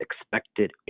expected